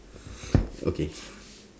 okay